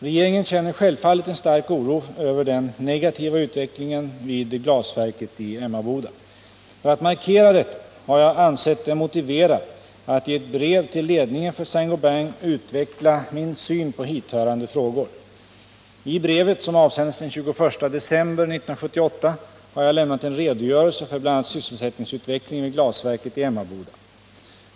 Regeringen känner självfallet en stark oro över den negativa utvecklingen vid glasverket i Emmaboda. För att markera detta har jag ansett det motiverat att i ett brev till ledningen för Saint Gobain utveckla min syn på hithörande frågor. I brevet, som avsändes den 21 december 1978, har jag lämnat en redogörelse för bl.a. sysselsättningsutvecklingen vid glasverket i Emmaboda.